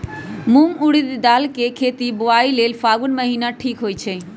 मूंग ऊरडी दाल कें खेती बोआई लेल फागुन महीना ठीक होई छै